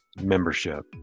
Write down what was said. membership